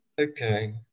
Okay